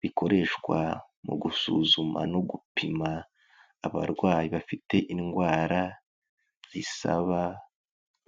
bikoreshwa mu gusuzuma no gupima abarwayi bafite indwara zisaba